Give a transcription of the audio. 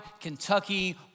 Kentucky